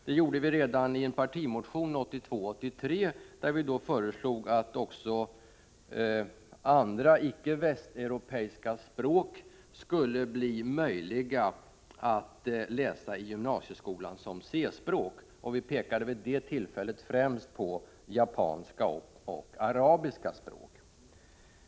Det gjorde vi redani en partimotion 1982/83, där vi föreslog att även icke västeuropeiska språk skulle bli möjliga att läsa i gymnasieskolan som C-språk. Vi pekade då särskilt på japanska och arabiska.